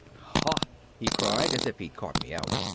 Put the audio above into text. ha! he cried as if he'd caught me out.